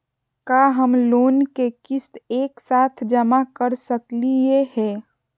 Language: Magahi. का हम लोन के किस्त एक साथ जमा कर सकली हे?